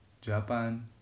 Japan